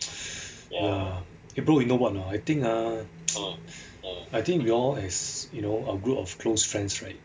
ya eh bro you know what or not I think ah I think we all as you know a group of close friends right